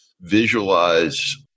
visualize